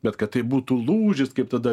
bet kad tai būtų lūžis kaip tada